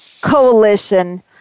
coalition